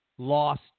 Lost